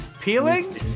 Peeling